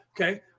Okay